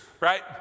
right